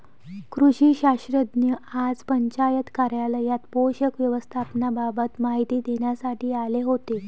कृषी शास्त्रज्ञ आज पंचायत कार्यालयात पोषक व्यवस्थापनाबाबत माहिती देण्यासाठी आले होते